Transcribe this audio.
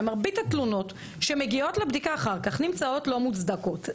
ומרבית התלונות שמגיעות לבדיקה אחר כך נמצאות לא מוצדקות.